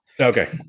Okay